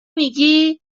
میگی